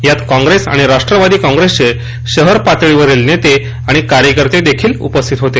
यात काँग्रेस आणि राष्ट्रवादी काँग्रेसचे शहर पातळीवरील नेते आणि कार्यकर्ते उपस्थित होते